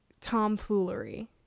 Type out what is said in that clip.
tomfoolery